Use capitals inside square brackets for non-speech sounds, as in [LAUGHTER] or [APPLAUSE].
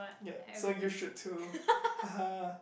ya so should to [LAUGHS]